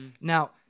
Now